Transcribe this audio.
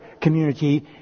community